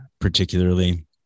particularly